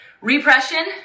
repression